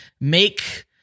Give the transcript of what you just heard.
make